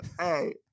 Hey